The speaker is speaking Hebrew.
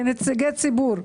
כנציגי ציבור,